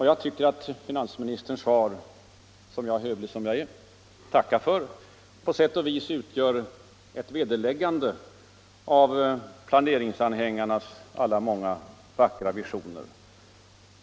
Jag tycker att finansministerns svar, som jag — hövlig som jag är — tackar för, på sätt och vis utgör ett vederläggande av planeringsanhängarnas alla vackra visioner.